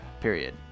period